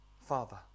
father